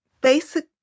basic